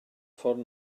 ffordd